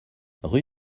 rue